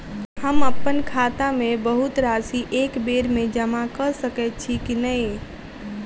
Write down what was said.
हम अप्पन खाता मे बहुत राशि एकबेर मे जमा कऽ सकैत छी की नै?